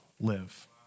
live